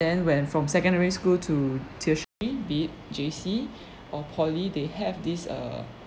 then when from secondary school to tertiary be it J_C or poly they have this err